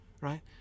Right